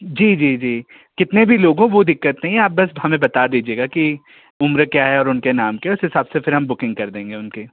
जी जी जी कितने भी लोगों को दिक्कत नहीं है आप बस हमें बता दीजिएगा कि उम्र क्या है और उनके नाम के उस हिसाब से फिर बुकिंग कर देंगे उनके